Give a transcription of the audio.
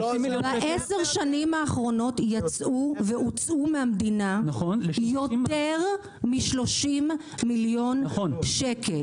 האחרונות יצאו והוצאו מהמדינה יותר מ-30 מיליון שקל.